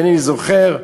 אינני זוכר,